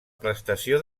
prestació